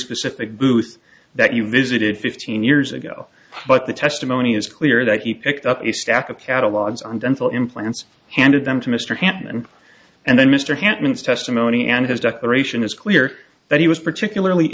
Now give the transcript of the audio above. specific booths that you visited fifteen years ago but the testimony is clear that he picked up a stack of catalogs on dental implants handed them to mr hanson and then mr hanson testimony and his declaration is clear that he was particularly